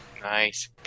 Nice